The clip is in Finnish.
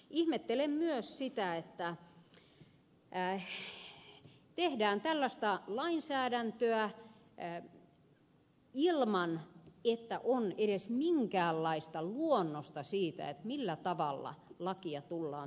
ihmettelen myös sitä että tehdään tällaista lainsäädäntöä ilman että on edes minkäänlaista luonnosta siitä millä tavalla lakia tullaan tulkitsemaan